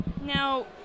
Now